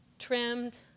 trimmed